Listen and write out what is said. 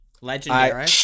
Legendary